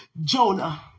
Jonah